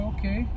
Okay